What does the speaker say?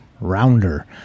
rounder